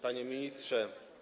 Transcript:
Panie Ministrze!